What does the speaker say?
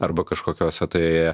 arba kažkokiose tai